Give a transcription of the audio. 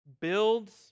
builds